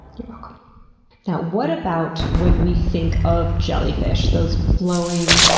you're welcome. what about when we think of jellyfish? those flowing,